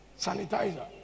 Sanitizer